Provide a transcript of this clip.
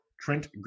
trent